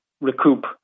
recoup